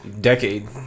Decade